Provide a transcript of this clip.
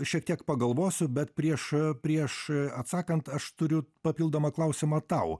šiek tiek pagalvosiu bet prieš prieš atsakant aš turiu papildomą klausimą tau